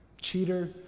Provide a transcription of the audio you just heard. cheater